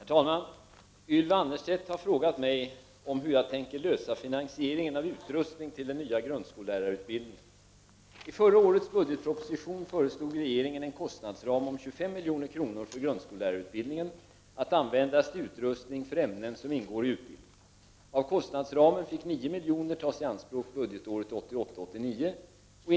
Herr talman! Ylva Annerstedt har frågat mig om hur jag tänker lösa finansieringen av utrustningen till den nya grundskollärarutbildningen. I förra årets budgetproposition föreslog regeringen en kostnadsram om 25 milj.kr. för grundskollärarutbildningen, att användas till utrustning för ämnen som ingår i utbildningen. Av kostnadsramen fick 9 milj.kr. tas i anspråk budgetåret 1988/89.